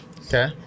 Okay